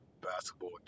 basketball